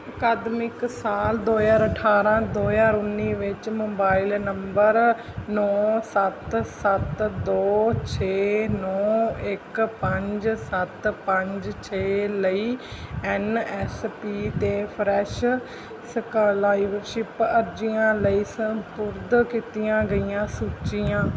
ਅਕਾਦਮਿਕ ਸਾਲ ਦੋ ਹਜ਼ਾਰ ਅਠਾਰ੍ਹਾਂ ਦੋ ਹਜ਼ਾਰ ਉੱਨੀ ਵਿੱਚ ਮੋਬਾਈਲ ਨੰਬਰ ਨੌਂ ਸੱਤ ਸੱਤ ਦੋ ਛੇ ਨੌਂ ਇੱਕ ਪੰਜ ਸੱਤ ਪੰਜ ਛੇ ਲਈ ਐਨ ਐਸ ਪੀ 'ਤੇ ਫਰੈਸ਼ ਸਕਾਲਇਵਸ਼ਿਪ ਅਰਜ਼ੀਆਂ ਲਈ ਸਪੁਰਦ ਕੀਤੀਆਂ ਗਈਆਂ ਸੂਚੀਆਂ